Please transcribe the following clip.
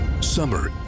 Summer